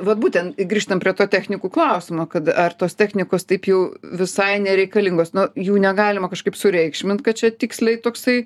vat būtent grįžtam prie to technikų klausimo kad ar tos technikos taip jau visai nereikalingos nu jų negalima kažkaip sureikšmint kad čia tiksliai toksai